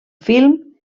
film